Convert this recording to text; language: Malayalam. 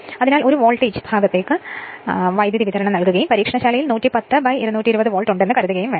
അതിനാൽ l വോൾട്ടേജ് ഭാഗത്തേക്ക് വൈദ്യുതിവിതരണം നൽകുകയും പരീക്ഷണശാലയിൽ 110 220 വോൾട്ട് ഉണ്ടെന്ന് കരുതുകയും വേണം